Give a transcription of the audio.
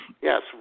Yes